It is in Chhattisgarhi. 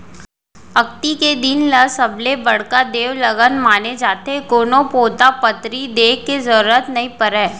अक्ती के दिन ल सबले बड़का देवलगन माने जाथे, कोनो पोथा पतरी देखे के जरूरत नइ परय